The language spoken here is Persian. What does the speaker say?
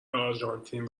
آرژانتین